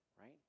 right